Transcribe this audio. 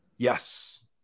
Yes